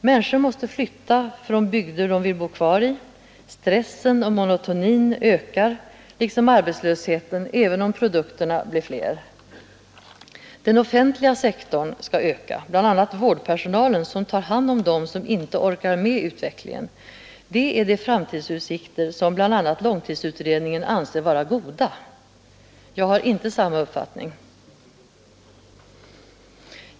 Människor måste flytta från bygder de vill bo kvar i, stressen och monotonin ökar liksom arbetslösheten, även om produkterna blir fler. Den offentliga sektorn skall öka, bl.a. genom vårdpersonalen som har hand om dem som inte orkar följa med i utvecklingen. Det är de framtidsutsikter som bl.a. långtidsutredningen anser vara goda. Jag har inte samma uppfattning.